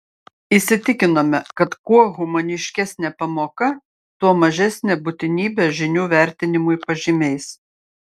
įsitikinome kad kuo humaniškesnė pamoka tuo mažesnė būtinybė žinių vertinimui pažymiais